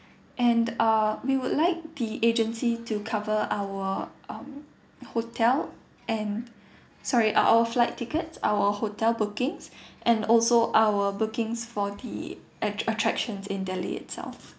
and uh we would like the agency to cover our hotel and sorry our our flight tickets our hotel bookings and also our bookings for the at attractions in delhi itself